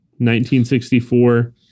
1964